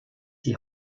die